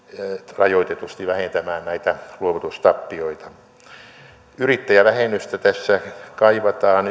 rajoitetusti vähentämään näitä luovutustappioita yrittäjävähennystä tässä kaivataan